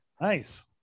Nice